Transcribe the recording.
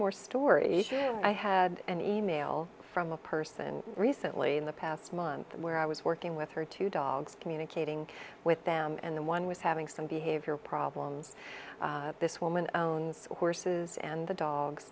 more story i had an email from a person recently in the past month where i was working with her two dogs communicating with them and one was having some behavior problems this woman owns horses and the dogs